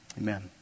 Amen